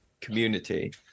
community